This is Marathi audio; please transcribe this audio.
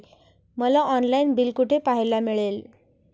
मला ऑनलाइन बिल कुठे पाहायला मिळेल?